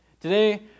Today